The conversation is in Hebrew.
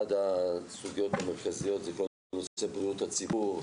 אחת הסוגיות המרכזיות זה כל נושא בריאות הציבור,